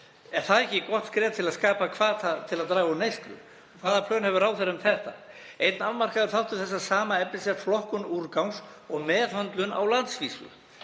Er það ekki gott skref til að skapa hvata til að draga úr neyslu? Hvaða plön hefur ráðherra um það? Einn afmarkaður þáttur þessa sama efnis er flokkun úrgangs og meðhöndlun á landsvísu